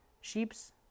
sheeps